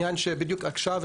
זו